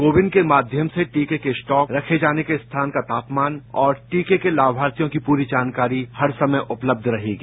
को विन के माध्यम से टीके के स्टॉक रखे जाने स्थान का तापमान और टीके के लाभार्थियों की पूरी जानकारी हरसमय उपलब्ध रहेगी